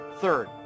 Third